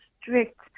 strict